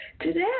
Today